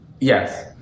Yes